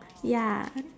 ya